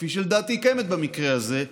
כפי שלדעתי היא קיימת במקרה הזה,